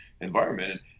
environment